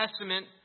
Testament